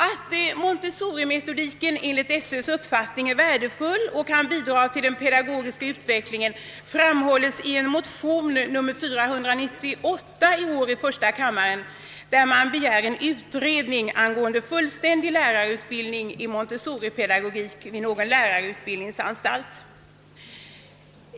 Att Montessorimetodiken enligt skolöverstyrelsens uppfattning är värdefull och kan bidraga till den pedagogiska utvecklingen framhålles i motion nr 498 i första kammaren, vari man begär en utredning angående fullständig lärarutbildning i Montessoripedagogik vid någon lärarutbildningsanstalt.